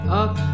up